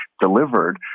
delivered